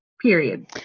period